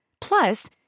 Plus